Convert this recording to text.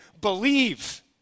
believe